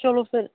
ਚਲੋ ਫਿਰ